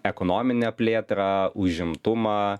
ekonominę plėtrą užimtumą